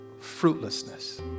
fruitlessness